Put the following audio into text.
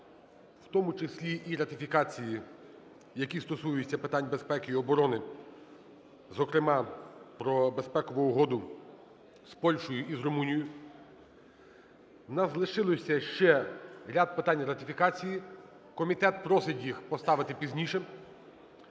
в тому числі і ратифікації, які стосуються питань безпеки і оборони, зокрема про безпекову угоду з Польщею і з Румунією. В нас лишилося ще ряд питань ратифікацій. Комітет просить їх поставити пізніше.